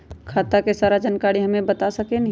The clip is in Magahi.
खाता के सारा जानकारी हमे बता सकेनी?